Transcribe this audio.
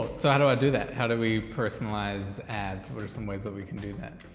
so how do i do that? how do we personalize ads? what are some ways we can do that?